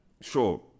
sure